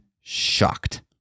shocked